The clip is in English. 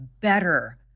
better